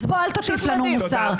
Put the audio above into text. אל תטיף לנו מוסר.